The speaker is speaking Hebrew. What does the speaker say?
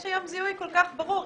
יש היום זיהוי כל כך ברור.